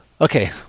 Okay